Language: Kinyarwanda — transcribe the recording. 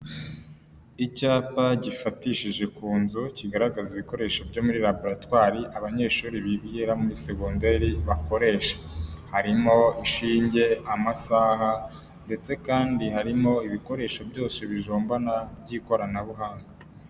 Icyapa gifatishije k'unzu kigaragaza ibikoresho byo muri laboratwari abanyeshuri bigira muri segonderi bakoresha, harimo ishinge, amasaha ndetse kandi harimo ibikoresho byose bijobana by'ikoranabuhanga.